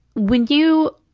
when you